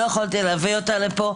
לא יכולתי להביא אותה לפה.